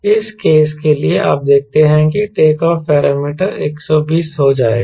इस केस के लिए आप देखते हैं कि टेक ऑफ़ पैरामीटर 120 हो जाएगा